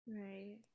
right